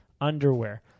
underwear